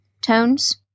tones